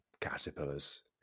caterpillars